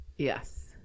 Yes